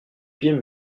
pieds